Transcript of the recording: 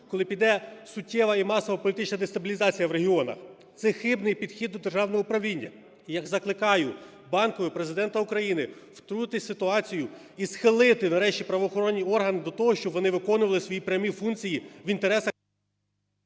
коли піде суттєва і масова політична дестабілізація в регіонах. Це хибний підхід до державного управління. Закликаю Банкову і Президента України втрутитись в ситуацію і схилити нарешті правоохоронні органи до того, щоб вони виконували свої прямі функції в інтересах… ГОЛОВУЮЧИЙ.